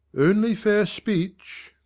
only fair speech.